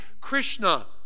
Krishna